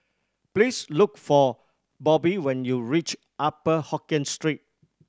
please look for Bobbie when you reach Upper Hokkien Street